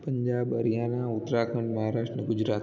Punjab Haryana Uttarakhand Maharashtra Gujarat